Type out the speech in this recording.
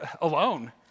alone